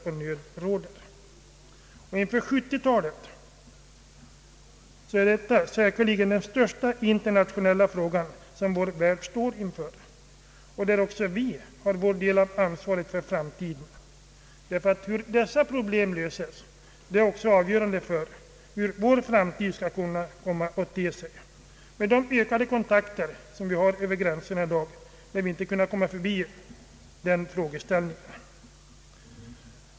Nu i början av 1970-talet är detta säkerligen den största internationella fråga som vår värld står inför, och där har också vi vår del av ansvaret för framtiden. Hur detta problem löses är också avgörande för hur vår framtid kan komma att te sig. Med de ökade kontakterna över gränserna lär vi inte kunna komma förbi den frågeställningen.